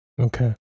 Okay